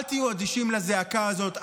אל תהיו אדישים לזעקה הזאת,